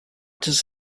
does